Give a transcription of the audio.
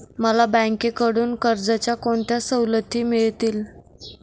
मला बँकेकडून कर्जाच्या कोणत्या सवलती मिळतील?